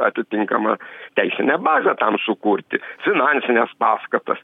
atitinkamą teisinę bazę tam sukurti finansines paskatas